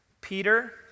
Peter